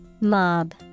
Mob